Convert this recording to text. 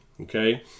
okay